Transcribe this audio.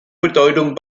bedeutung